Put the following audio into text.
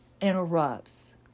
interrupts